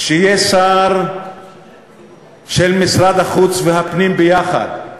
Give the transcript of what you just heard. שיהיה שר של משרד החוץ והפנים יחד,